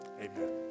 Amen